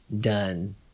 done